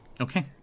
Okay